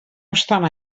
obstant